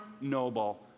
noble